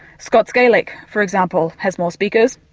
scots gaelic for example has more speakers,